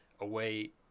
away